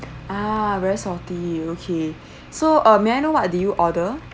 ah very salty okay so uh may l know what did you order